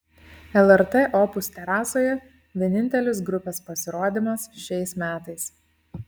lrt opus terasoje vienintelis grupės pasirodymas šiais metais